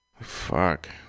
Fuck